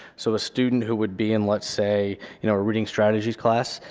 so a student who would be in let's say you know a reading strategies class,